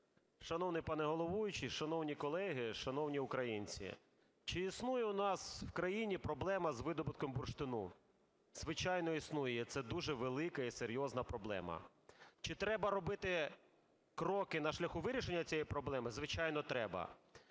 Шановний пане головуючий! Шановні колеги! Шановні українці! Чи існує у нас в країні проблема в Україні з видобутком бурштину? Звичайно, існує, це дуже велика і серйозна проблема. Чи треба робити кроки на шляху вирішення цієї проблеми? Звичайно, треба.